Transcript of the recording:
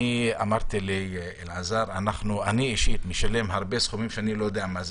אמרתי לאלעזר: אני אישית משלם הרבה דברים שאיני יודע מהם.